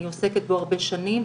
אני עוסקת בו הרבה שנים,